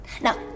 Now